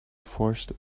forced